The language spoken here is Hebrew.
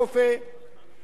אבל אני גם עיוור.